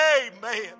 Amen